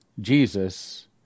Jesus